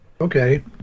Okay